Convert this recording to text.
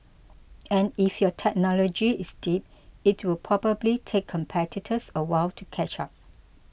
and if your technology is deep it will probably take competitors a while to catch up